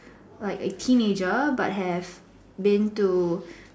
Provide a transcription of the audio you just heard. like a teenager but have been to